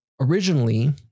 originally